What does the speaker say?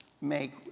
make